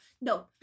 no